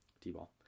T-ball